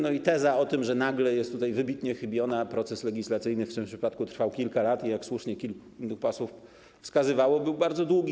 No i teza o tym, że nagle, jest tutaj wybitnie chybiona, bo proces legislacyjny w tym przypadku trwał kilka lat i jak słusznie kilku posłów wskazywało, był bardzo długi.